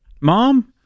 Mom